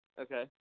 Okay